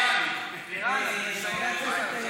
חבר הכנסת סמוטריץ,